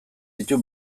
ditu